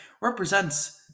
Represents